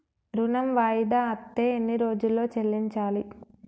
ఋణం వాయిదా అత్తే ఎన్ని రోజుల్లో చెల్లించాలి?